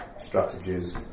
strategies